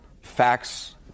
facts